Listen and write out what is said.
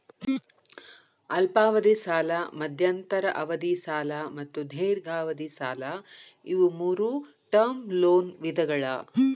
ಅಲ್ಪಾವಧಿ ಸಾಲ ಮಧ್ಯಂತರ ಅವಧಿ ಸಾಲ ಮತ್ತು ದೇರ್ಘಾವಧಿ ಸಾಲ ಇವು ಮೂರೂ ಟರ್ಮ್ ಲೋನ್ ವಿಧಗಳ